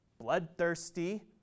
bloodthirsty